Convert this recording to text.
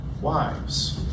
wives